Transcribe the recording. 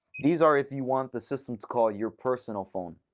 these are if you want the system to call your personal phone.